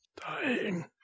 Dying